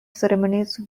ceremonies